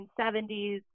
1970s